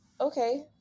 okay